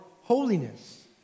holiness